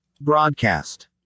Broadcast